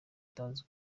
utazi